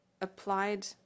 applied